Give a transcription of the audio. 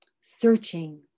searching